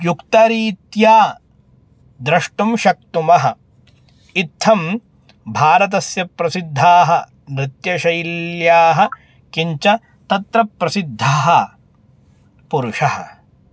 युक्तरीत्या द्रष्टुं शक्नुमः इत्थं भारतस्य प्रसिद्धाः नृत्यशैल्यः किञ्च तत्र प्रसिद्धः पुरुषः